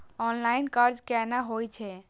Online कर्ज केना होई छै?